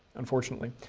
unfortunately.